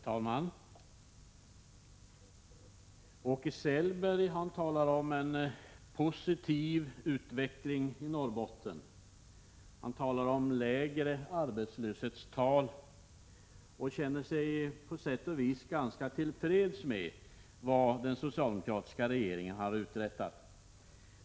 Herr talman! Åke Selberg talar om en positiv utveckling i Norrbotten. Han talar om lägre arbetslöshetstal och känner sig på sätt och viss ganska till freds med vad den socialdemokratiska regeringen har uträttat.